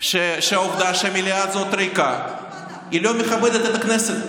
שהעובדה שהמליאה הזאת ריקה לא מכבדת את הכנסת,